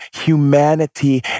humanity